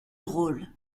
rôle